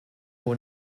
will